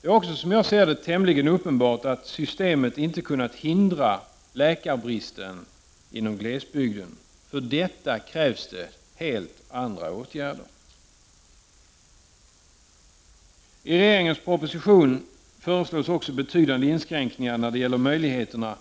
Det är också, som jag ser det, tämligen uppenbart att systemet inte har kunnat förhindra läkarbristen i glesbygden. För detta krävs det helt andra åtgärder. I regeringens proposition föreslås också betydande inskränkningar när det gäller möjligheterna